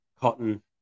Cotton